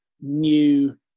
new